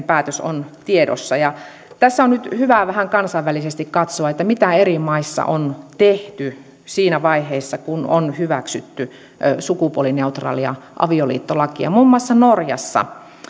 päätös on tiedossa tässä on nyt hyvä vähän kansainvälisesti katsoa mitä eri maissa on tehty siinä vaiheessa kun on hyväksytty sukupuolineutraalia avioliittolakia muun muassa norjassa